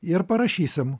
ir parašysim